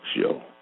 show